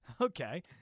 Okay